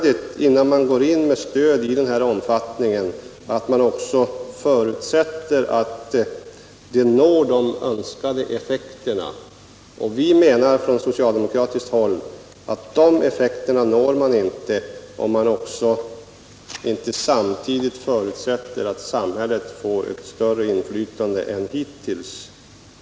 Innan man går in med stöd av denna omfattning, är det nödvändigt att man också ser till att stödet når de önskade effekterna. Vi från socialdemokratiskt håll menar att de effekterna når man inte om man inte samtidigt förutsätter att samhället får ett större inflytande än hittills.